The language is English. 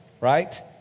right